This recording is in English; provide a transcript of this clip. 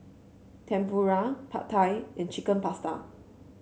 Tempura Pad Thai and Chicken Pasta